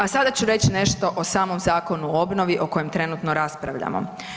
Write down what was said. A sada ću reći nešto o samom zakonu o obnovi o kojem trenutno raspravljamo.